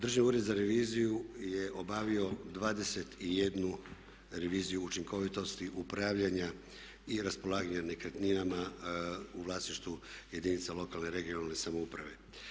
Državni ured za reviziju je obavio 21 reviziju učinkovitosti upravljanja i raspolaganja nekretninama u vlasništvu jedinica lokalne i regionalne samouprave.